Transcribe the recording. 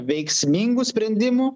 veiksmingų sprendimų